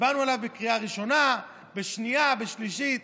הצבענו עליהן בקריאה ראשונה, בשנייה, בשלישית,